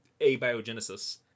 abiogenesis